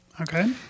Okay